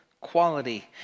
quality